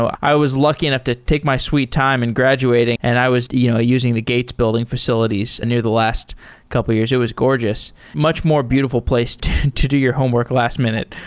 i was lucky enough to take my sweet time and graduating and i was you know using the gates building facilities near the last couple of years. it was gorgeous. much more beautiful place to to do your homework last minute